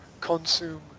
consume